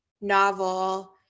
novel